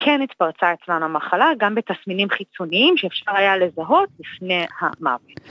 כן התפרצה אצלנו המחלה, גם בתסמינים חיצוניים שאפשר היה לזהות לפני המוות